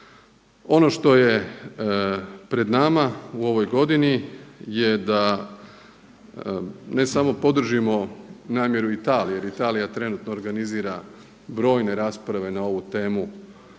Ono što je pred nama u ovoj godini je da ne samo podržimo namjeru Italije jer Italija trenutno organizira brojne rasprave na ovu temu